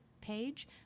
page